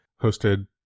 hosted